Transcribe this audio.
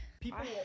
People